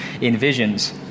envisions